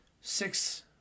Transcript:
six